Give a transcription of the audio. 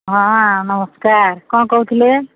ହଁ ନମସ୍କାର କ'ଣ କହୁଥିଲେ